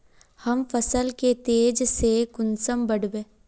हम फसल के तेज से कुंसम बढ़बे?